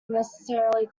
necessarily